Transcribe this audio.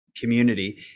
community